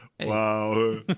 Wow